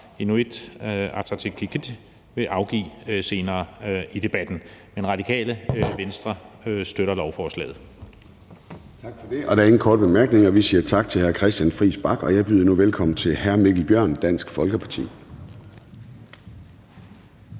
Inuit Ataqatigiit vil afgive senere i debatten. Radikale Venstre støtter lovforslaget. Kl. 10:53 Formanden (Søren Gade): Tak for det. Der er ingen korte bemærkninger. Vi siger tak til hr. Christian Friis Bach. Og jeg byder nu velkommen til hr. Mikkel Bjørn, Dansk Folkeparti.